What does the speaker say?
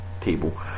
table